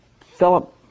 Philip